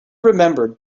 remembered